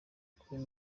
kure